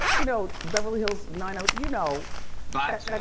you know, beverly hills nine oh, you know botched?